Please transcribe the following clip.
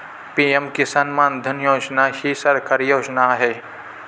PM Kisan Maandhan Yojana ही सरकारी योजना आहे